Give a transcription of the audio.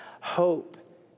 Hope